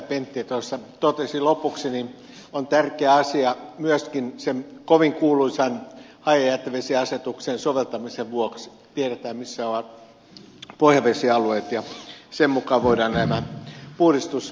pentti tuossa totesi lopuksi on tärkeä asia myöskin sen kovin kuuluisan hajajätevesiasetuksen soveltamisen vuoksi että tiedetään missä ovat pohjavesialueet ja sen mukaan voidaan nämä puhdistusvelvoitteet asettaa